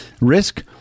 risk